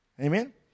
Amen